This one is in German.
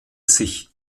sich